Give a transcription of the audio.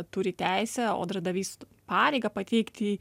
turi teisę o darbdavys pareigą pateikti